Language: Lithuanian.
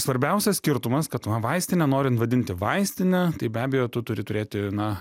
svarbiausias skirtumas kad va vaistinę norint vadinti vaistine tai be abejo tu turi turėti na